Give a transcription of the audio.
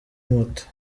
moto